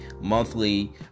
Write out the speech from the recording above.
monthly